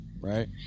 right